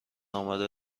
آمده